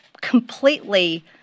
completely